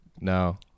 No